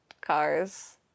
cars